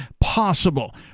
possible